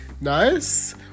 Nice